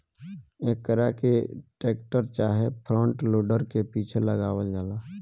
एकरा के टेक्टर चाहे फ्रंट लोडर के पीछे लगावल जाला